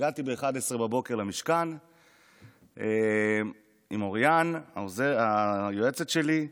הגעתי ב-11:00 למשכן עם אוריין, היועצת שלי.